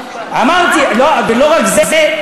ולא רק זה,